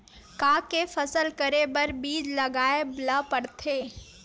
का के फसल करे बर बीज लगाए ला पड़थे?